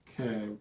Okay